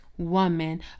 woman